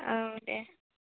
औ दे